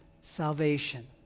salvation